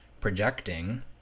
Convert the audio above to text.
projecting